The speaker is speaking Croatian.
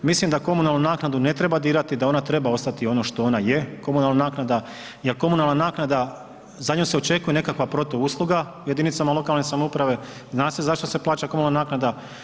Mislim da komunalnu naknadu ne treba dirati da ona treba ostati ono što ona je, komunalna naknada jer komunalna naknada za nju se očekuje nekakva protuusluga jedinicama lokalne samouprave, zna se zašto se plaća komunalna naknada.